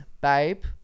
babe